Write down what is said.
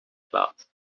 clouds